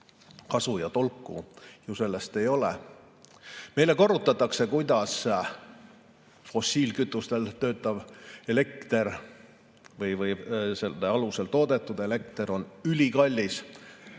kasu ja tolku sellest ei ole. Meile korrutatakse, kuidas fossiilkütustel töötav elekter või selle alusel toodetud elekter on ülikallis